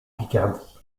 picardie